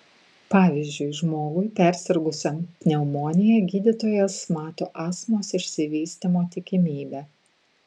pavyzdžiui žmogui persirgusiam pneumonija gydytojas mato astmos išsivystymo tikimybę